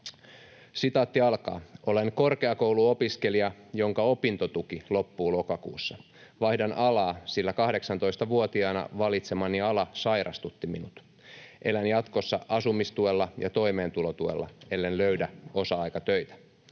Pelottaa.” ”Olen korkeakouluopiskelija, jonka opintotuki loppuu lokakuussa. Vaihdan alaa, sillä 18-vuotiaana valitsemani ala sairastutti minut. Elän jatkossa asumistuella ja toimeentulotuella, ellen löydä osa-aikatöitä.